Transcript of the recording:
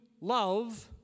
love